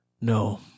No